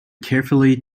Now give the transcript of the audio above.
carefully